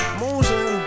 motion